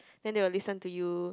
then they will listen to you